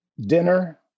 Dinner